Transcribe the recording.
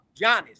Giannis